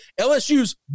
LSU's